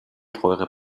teure